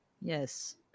Yes